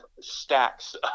stacks